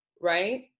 right